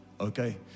Okay